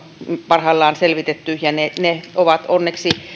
parhaillaan selvitetty ja ne ovat onneksi